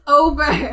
over